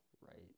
Right